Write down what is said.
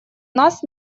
нас